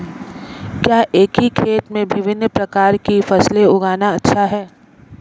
क्या एक ही खेत में विभिन्न प्रकार की फसलें उगाना अच्छा है?